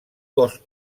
cos